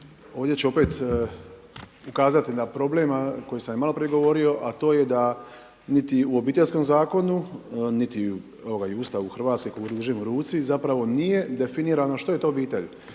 ovdje ću opet ukazati na problem koji sam i malo prije govorio, a to je da niti u Obiteljskom zakonu, niti u Ustavu Hrvatske kojeg držim u ruci zapravo nije definirano što je to obitelj,